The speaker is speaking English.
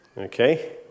Okay